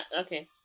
okay